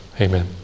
Amen